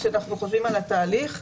כשאנו חושבים על התהליך,